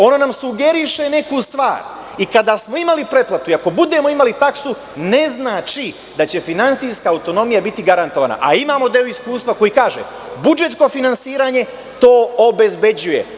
Ono nam sugeriše neku stvar, i kada smo imali pretplatu i ako budemo imali taksu, ne znači da će finansijska autonomija biti garantovana, a imamo i deo iskustva koji kaže – budžetsko finansiranje, to obezbeđuje.